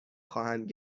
خواهند